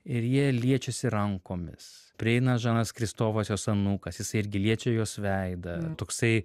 ir jie liečiasi rankomis prieina žanas kristovas jos anūkas jis irgi liečia jos veidą toksai